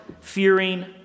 fearing